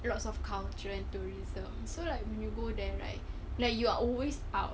lots of culture and tourism so like when you go there right like you are always out